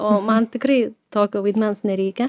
o man tikrai tokio vaidmens nereikia